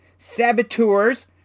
Saboteurs